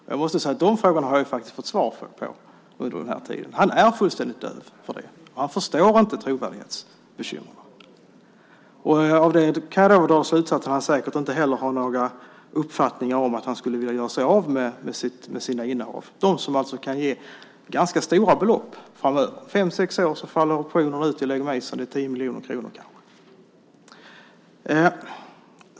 Och jag måste säga att jag faktiskt har fått svar på dem under den här tiden: Han är fullständigt döv för detta, och han förstår inte trovärdighetsbekymren. Av det kan jag då dra slutsatsen att han säkert inte heller har några funderingar om att han skulle vilja göra sig av med sina innehav - de som alltså kan ge ganska stora belopp framöver. Om fem sex år faller optionerna i Legg Mason ut med kanske 10 miljoner kronor.